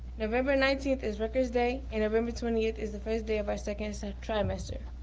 november nineteenth is records day and november twenty eighth is the first day of our second so trimester.